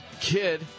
Kid